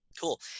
Cool